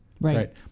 Right